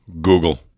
Google